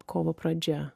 kovo pradžia